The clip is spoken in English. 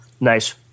Nice